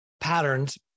patterns